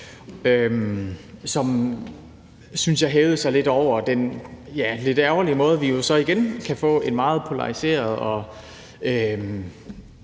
som, syntes jeg også, hævede sig lidt over den, ja, lidt ærgerlige måde, vi jo så igen kan få en meget polariseret og